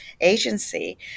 agency